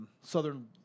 Southern